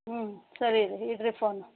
ಹ್ಞೂ ಸರಿ ರಿ ಇಡಿರಿ ಫೋನು